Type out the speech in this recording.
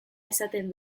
esaten